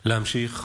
להמשיך.